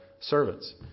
servants